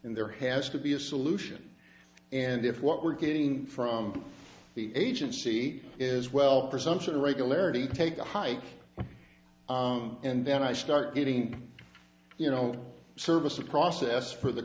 in there has to be a solution and if what we're getting from the agency is well presumption of regularity take a hike and then i start getting you know service a process for the